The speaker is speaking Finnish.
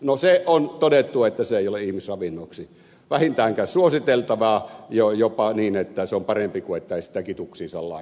no se on todettu että se ei ole ihmisravinnoksi vähintäänkään suositeltavaa jopa niin että on parempi että ei sitä kiduksiinsa laita